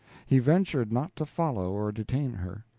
he ventured not to follow or detain her.